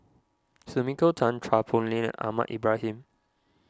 Sumiko Tan Chua Poh Leng Ahmad Ibrahim